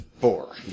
Four